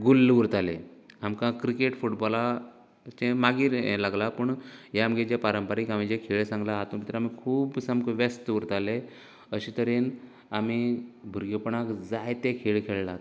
गुल्ल उरतालें आमकां क्रिकेट फुटबॉलाचे मागीर हे लागलां पूण हे आमगेले जे पारंपारीक हांवे जे खेळ सांगला हांतूत भीतर आमी खूब सामकें व्यस्त उरतालें अशें तरेन आमी भुरगेंपणांत जायते खेळ खेळ्ळात